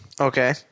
Okay